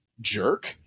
jerk